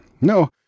No